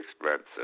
expensive